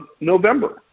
November